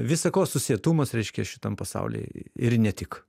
visa ko susietumas reiškia šitam pasaulėj ir ne tik